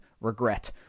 regret